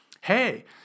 hey